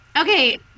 Okay